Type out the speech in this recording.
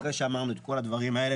אחרי שאמרנו את כל הדברים האלה,